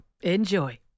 Enjoy